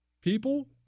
People